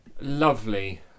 Lovely